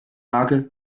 lage